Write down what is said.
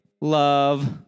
love